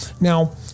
Now